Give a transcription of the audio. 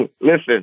listen